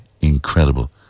incredible